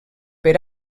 per